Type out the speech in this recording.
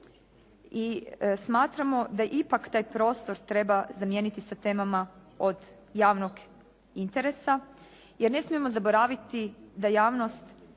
i smatramo da ipak taj prostor treba zamijeniti sa temama od javnog interesa jer ne smijemo zaboraviti da javnost